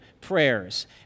prayers